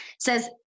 says